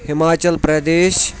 Himachal Pradesh